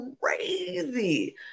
crazy